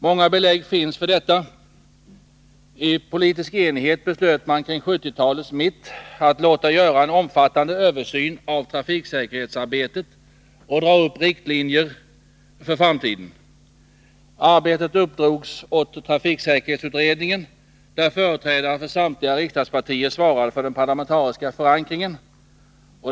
Många belägg finns för detta. I politisk enighet beslöt man kring 1970-talets mitt att låta göra en omfattande översyn av trafiksäkerhetsarbetet och dra upp riktlinjer för framtiden. Arbetet uppdrogs åt trafiksäkerhetsutredningen, där företrädare för samtliga riksdagspartier svarade för den parlamentariska förankringen.